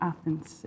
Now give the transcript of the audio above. Athens